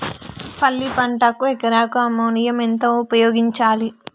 పల్లి పంటకు ఎకరాకు అమోనియా ఎంత ఉపయోగించాలి?